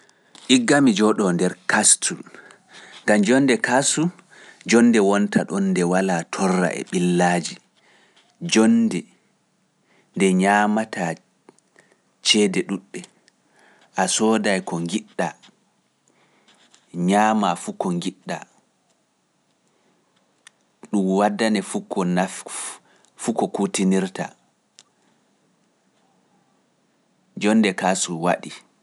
Igga mi jooɗoo nder kastul, ngam jonde kastul jonde wonta ɗon nde walaa torra e ɓillaaji, jonde nde ñaamataa ceede ɗuuɗɗe, a sooday ko ngiɗɗaa, ñaamaa fu ko ngiɗɗaa, ɗum waddane fu ko naftirta, fu ko kutinirta, jonde kasu waɗi.